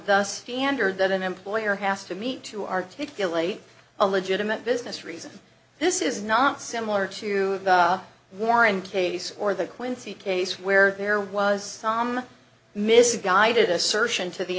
us standard that an employer has to meet to articulate a legitimate business reason this is not similar to warren case or the quincy case where there was some misguided assertion to the